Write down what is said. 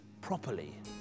properly